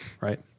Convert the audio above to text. Right